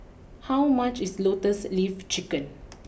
how much is Lotus leaf Chicken